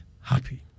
happy